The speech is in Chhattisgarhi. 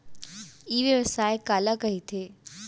ई व्यवसाय काला कहिथे?